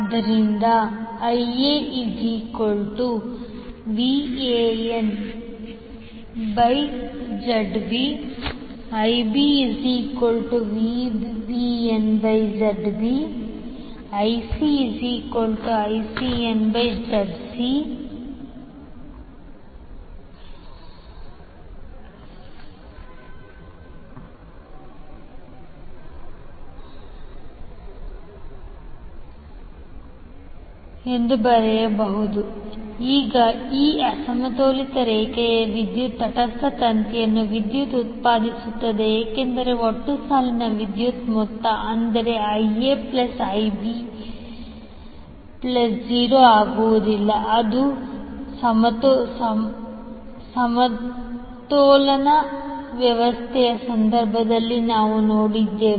ಆದ್ದರಿಂದ IaVANZB IbVBNZB ICVCNZC ಈಗ ಈ ಅಸಮತೋಲಿತ ರೇಖೆಯ ವಿದ್ಯುತ್ ತಟಸ್ಥ ತಂತಿಯಲ್ಲಿ ವಿದ್ಯುತ್ ಉತ್ಪಾದಿಸುತ್ತದೆ ಏಕೆಂದರೆ ಒಟ್ಟು ಸಾಲಿನ ವಿದ್ಯುತ್ ಮೊತ್ತ ಅಂದರೆ 𝐈𝑎 𝐈𝑏 0 0 ಆಗುವುದಿಲ್ಲ ಅದು ಸಮತೋಲನ ವ್ಯವಸ್ಥೆಯ ಸಂದರ್ಭದಲ್ಲಿ ನಾವು ನೋಡಿದ್ದೇವೆ